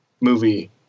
movie